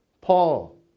Paul